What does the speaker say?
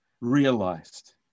realized